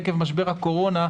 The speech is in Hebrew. עקב משבר הקורונה,